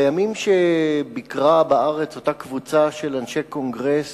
בימים שביקרה בארץ אותה קבוצה של אנשי קונגרס